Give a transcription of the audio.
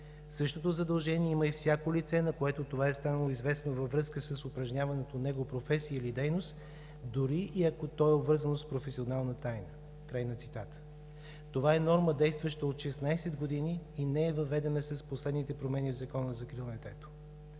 Същото задължение има и всяко лице, на което това е станало известно във връзка с упражняваната от него професия или дейност, дори и ако то е обвързано с професионална тайна“. Това е норма, действаща от 16 години и не е въведена с последните промени в Закона за закрила на детето.